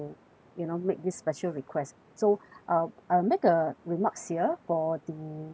you know make this special request so uh I'll make a remarks here for the